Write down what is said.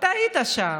אתה היית שם.